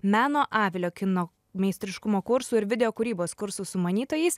meno avilio kino meistriškumo kursų ir video kūrybos kursų sumanytojais